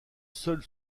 seule